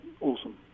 awesome